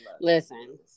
listen